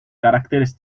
caracteres